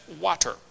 water